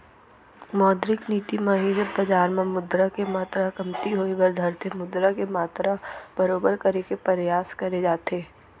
मौद्रिक नीति म ही जब बजार म मुद्रा के मातरा कमती होय बर धरथे मुद्रा के मातरा बरोबर करे के परयास करे जाथे